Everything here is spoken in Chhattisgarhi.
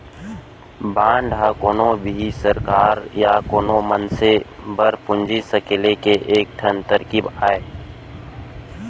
बांड ह कोनो भी सरकार या कोनो मनसे बर पूंजी सकेले के एक ठन तरकीब अय